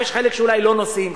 יש חלק שאולי לא נוסעים,